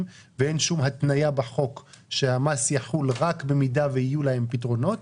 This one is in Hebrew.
ואין שום התניה בחוק שהמס יחול רק במידה ויהיו להם פתרונות.